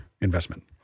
investment